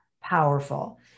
powerful